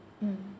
mm